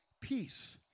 Peace